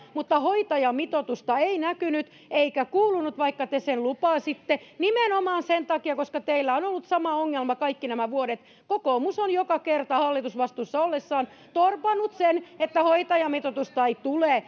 mutta hoitajamitoitusta ei näkynyt eikä kuulunut vaikka te sen lupasitte nimenomaan sen takia että teillä on ollut sama ongelma kaikki nämä vuodet kokoomus on joka kerta hallitusvastuussa ollessaan torpannut sen että hoitajamitoitusta ei tule